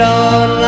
on